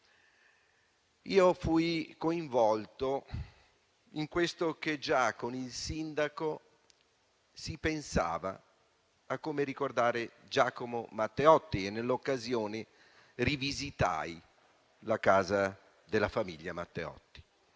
Fui coinvolto; con il sindaco infatti già si pensava a come ricordare Giacomo Matteotti e nell'occasione rivisitai la casa della famiglia Matteotti.